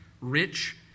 rich